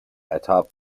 atop